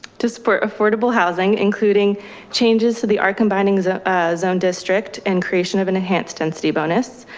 to support affordable housing including changes to the art combining zone zone district and creation of an enhanced density bonus,